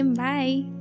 bye